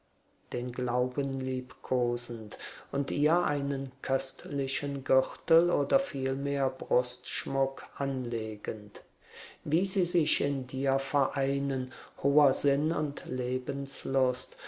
den glauben liebkosend und ihr einen köstlichen gürtel oder vielmehr brustschmuck anlegend wie sie sich in dir vereinen hoher sinn und lebenslust